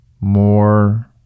more